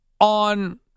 on